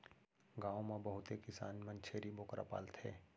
गॉव म बहुते किसान मन छेरी बोकरा पालथें